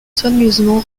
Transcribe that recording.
soigneusement